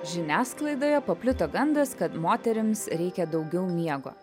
žiniasklaidoje paplito gandas kad moterims reikia daugiau miego